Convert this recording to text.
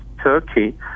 Turkey